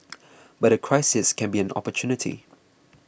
but a crisis can be an opportunity